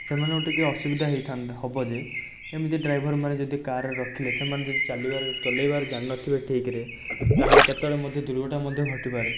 ସେମାନଙ୍କୁ ଟିକିଏ ଅସୁବିଧା ହେଇଥାନ୍ତା ହେବ ଯେ ଏମିତି ଡ୍ରାଇଭର୍ମାନେ ଯଦି କାର୍ରେ ରଖିଲେ ସେମାନେ ଯଦି ଚାଲିବାର ଚଳେଇବାର ଜାଣିନଥିବେ ଠିକ୍ରେ ତାହେଲେ କେତେବେଳେ ମଧ୍ୟ ଦୁର୍ଘଟଣା ମଧ୍ୟ ଘଟିପାରେ